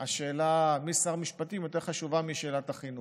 השאלה מי שר המשפטים יותר חשובה משאלת החינוך.